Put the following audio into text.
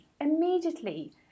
immediately